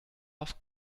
auf